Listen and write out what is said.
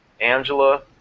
Angela